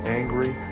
angry